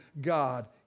God